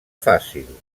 fàcil